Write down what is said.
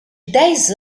dez